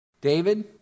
David